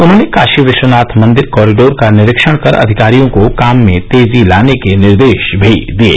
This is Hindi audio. उन्होंने काशी विश्वनाथ मंदिर कॉरिडोर का निरीक्षण कर अधिकारियों को काम में तेजी लाने के निर्देश भी दिये